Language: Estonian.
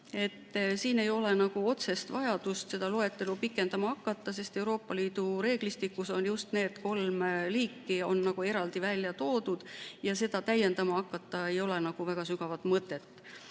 Kuid ei ole otsest vajadust seda loetelu pikendama hakata, sest Euroopa Liidu reeglistikus on just need kolm liiki eraldi ära toodud ja seda nimekirja täiendama hakata ei ole väga sügavat mõtet.